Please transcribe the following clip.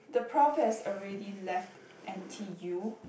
the prof has already left N_t_u